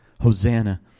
Hosanna